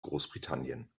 großbritannien